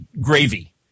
gravy